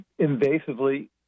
invasively